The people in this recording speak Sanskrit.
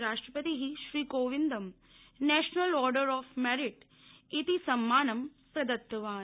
राष्ट्रपतिः रामनाथकोविंदः नेशनल ऑर्डर ऑफ मेरिट इति सम्मानं प्राप्तवान्